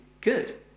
good